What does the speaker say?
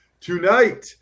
tonight